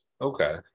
okay